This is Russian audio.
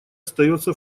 остается